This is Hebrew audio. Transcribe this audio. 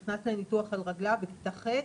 הוא נכנס לניתוח על רגליו, בכיתה ח'